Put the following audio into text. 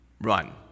Run